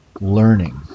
learning